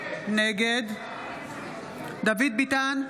נגד דוד ביטן,